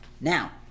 Now